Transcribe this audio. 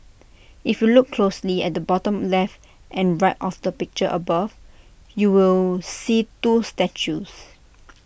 if you look closely at the bottom left and right of the picture above you will see two statues